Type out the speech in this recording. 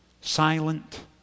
silent